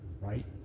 right